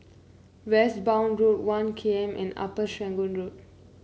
Westbourne Road One K M and Upper Serangoon Road